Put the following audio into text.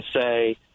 say